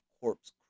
Corpse